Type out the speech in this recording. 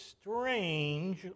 strange